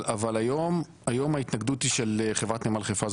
אבל היום ההתנגדות היא של חברת נמל חיפה.